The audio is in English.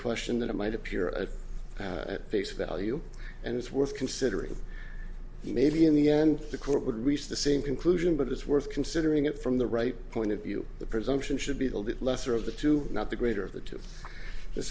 question that it might appear at face value and it's worth considering maybe in the end the court would reach the same conclusion but it's worth considering it from the right point of view the presumption should be the lesser of the two not the greater of the two the